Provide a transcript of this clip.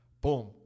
Boom